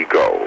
go